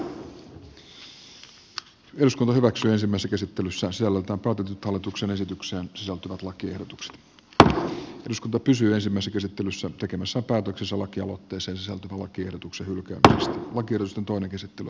nyt voidaan hyväksyä ensimmäiset esittelyssä sello vapautetut hallituksen tai hylätä lakiehdotukset joiden sisällöstä päätettiin ensimmäisessä käsittelyssä tekemässä päätöksessä laki on kyseessä on kellutuksen käytännössä oikeusjutun käsittely